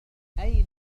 أين